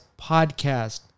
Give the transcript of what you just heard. podcast